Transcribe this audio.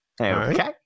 Okay